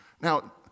Now